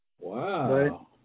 Wow